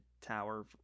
tower